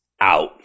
out